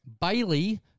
Bailey